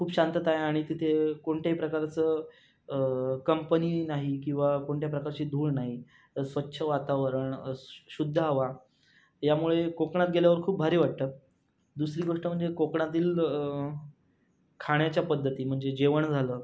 खूप शांतता आहे आणि तिथे कोणत्याही प्रकारचं कंपनी नाही किंवा कोणत्याही प्रकारची धूळ नाही स्वच्छ वातावरण शुध्द हवा ह्यामुळे कोकणात गेल्यावर खूप भारी वाटतं दुसरी गोष्ट म्हणजे कोकणातील द खाण्याच्या पद्धती म्हणजे जेवण झालं